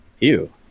ew